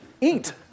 eat